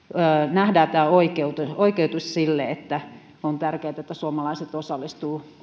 nähdään siis oikeutus sille ja että on tärkeätä että suomalaiset osallistuvat